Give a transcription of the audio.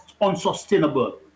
unsustainable